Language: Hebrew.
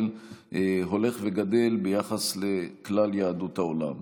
הולך וגדל ביחס לכלל יהדות העולם.